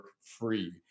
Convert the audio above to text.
free